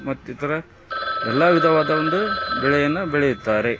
ಮತ್ತಿತರ ಎಲ್ಲ ವಿಧವಾದ ಒಂದು ಬೆಳೆಯನ್ನು ಬೆಳೆಯುತ್ತಾರೆ